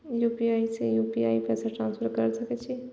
UPI से UPI पैसा transfer की सके छी?